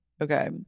okay